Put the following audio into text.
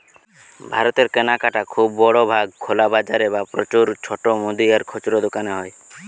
ভারতের কেনাকাটা খুব বড় ভাগ খোলা বাজারে বা প্রচুর ছোট মুদি আর খুচরা দোকানে হয়